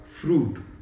fruit